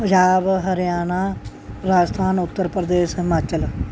Punjab Haryana Rajasthan Uttar Pradesh Himachal